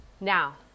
Now